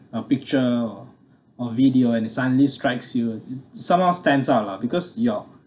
a picture or or video and it suddenly strikes you somehow stands out lah because your